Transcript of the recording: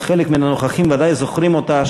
וחלק מהנוכחים ודאי זוכרים אותה,